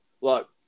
Look